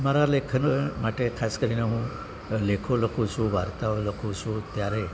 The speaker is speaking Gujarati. મારા લેખનો માટે ખાસ કરીને હું લેખો લખું છું વાર્તાઓ લખું છું ત્યારે